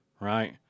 right